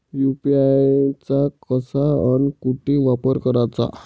UPI चा कसा अन कुटी वापर कराचा?